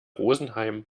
rosenheim